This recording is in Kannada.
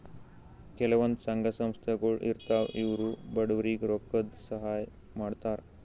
ಕೆಲವಂದ್ ಸಂಘ ಸಂಸ್ಥಾಗೊಳ್ ಇರ್ತವ್ ಇವ್ರು ಬಡವ್ರಿಗ್ ರೊಕ್ಕದ್ ಸಹಾಯ್ ಮಾಡ್ತರ್